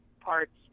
parts